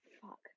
fuck